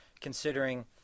considering